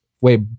wait